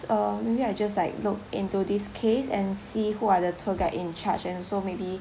uh maybe I just like look into this case and see who are the tour guide in charge and also maybe